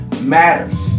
Matters